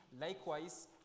likewise